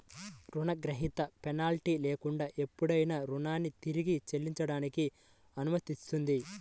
రుణగ్రహీత పెనాల్టీ లేకుండా ఎప్పుడైనా రుణాన్ని తిరిగి చెల్లించడానికి అనుమతిస్తుంది